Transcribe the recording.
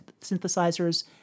synthesizers